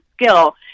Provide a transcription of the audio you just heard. skill